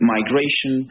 Migration